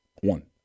One